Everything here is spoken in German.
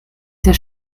der